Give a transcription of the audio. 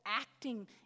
acting